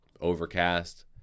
Overcast